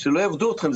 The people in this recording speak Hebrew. שלא יעבדו עליכם,